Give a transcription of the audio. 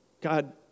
God